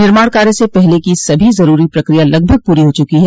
निर्माण कार्य से पहले की सभो जरूरी प्रक्रिया लगभग पूरी हो चुकी है